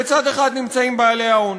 בצד אחד נמצאים בעלי ההון,